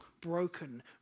broken